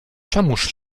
czemuż